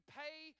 pay